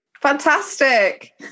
Fantastic